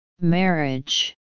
marriage